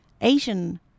Asian